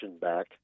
back